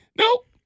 Nope